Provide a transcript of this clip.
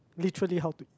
literally how to